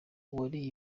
uwariye